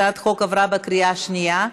הצעת החוק עברה בקריאה שנייה.